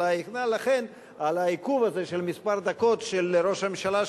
על העיכוב של דקות מספר של ראש הממשלה,